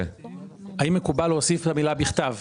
כן, אפשר להוסיף את המילה "בכתב".